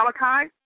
Malachi